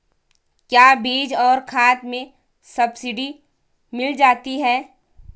क्या बीज और खाद में सब्सिडी मिल जाती है?